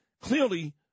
clearly